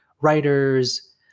writers